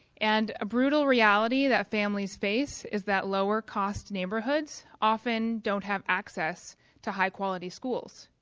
and a brutal reality that families face is that lower cost neighborhoods often don't have access to high quality schools.